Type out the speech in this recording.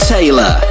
Taylor